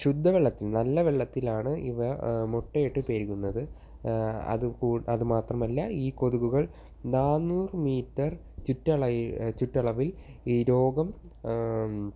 ശുദ്ധവെള്ളത്തിൽ നല്ല വെള്ളത്തിൽ ആണ് ഇവ മുട്ടയിട്ട് പെരുകുന്നത് അതു കൂ അത് മാത്രമല്ല ഈ കൊതുകുകൾ നാന്നൂറ് മീറ്റർ ചുറ്റളവ് ചുറ്റളവിൽ ഈ രോഗം